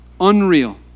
Unreal